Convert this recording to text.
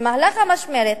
במהלך המשמרת